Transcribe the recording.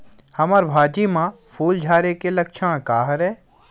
हमर भाजी म फूल झारे के लक्षण का हरय?